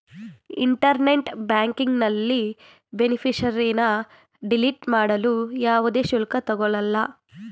internet ಬ್ಯಾಂಕಿಂಗ್ನಲ್ಲಿ ಬೇನಿಫಿಷರಿನ್ನ delete ಮಾಡಲು ಯಾವುದೇ ಶುಲ್ಕ ತಗೊಳಲ್ಲ